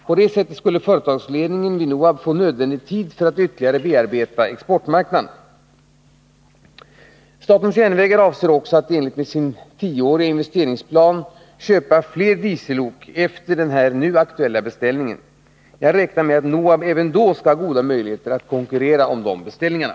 På det sättet skulle företagsledningen vid NOHAB få nödvändig tid för att ytterligare bearbeta exportmarknaden. SJ avser också att i enlighet med sin tioåriga investeringsplan köpa fler diesellok efter den nu aktuella beställningen. Jag räknar med att NOHAB även då skall ha goda möjligheter att konkurrera om beställningarna.